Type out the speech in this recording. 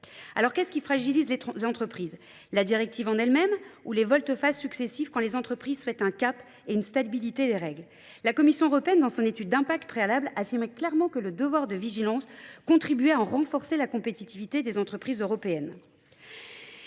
Alors qu'est-ce qui fragilise les entreprises ? La directive en elle-même ou les vols de phase successifs quand les entreprises souhaitent un cap et une stabilité des règles ? La Commission européenne, dans son étude d'impact préalable, affirmait clairement que le devoir de vigilance contribuait à renforcer la compétitivité des entreprises européennes.